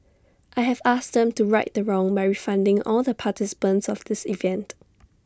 I have asked them to right the wrong by refunding all the participants of this event